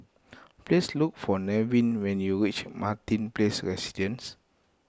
please look for Nevin when you reach Martin Place Residences